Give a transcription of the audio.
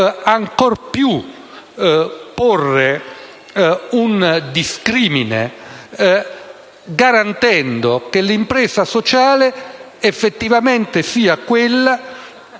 ancor più porre un discrimine garantendo che l'impresa sociale effettivamente sia quella